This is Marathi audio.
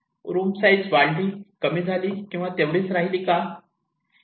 रूम साईज वाढली कमी झाली किंवा तेवढीच राहिली का